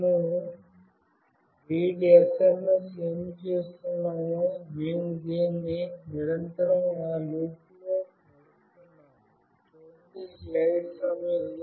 మేము readsms ఏమి చేస్తున్నామో మేము దీన్ని నిరంతరం ఆ లూప్లో నడుపుతున్నాము